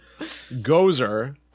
Gozer